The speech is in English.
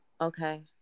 okay